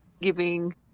giving